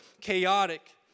chaotic